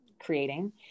creating